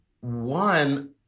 one